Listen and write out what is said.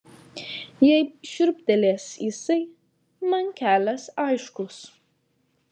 jei šiurptelės jisai man kelias aiškus